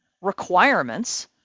requirements